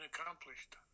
accomplished